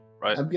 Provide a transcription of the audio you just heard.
right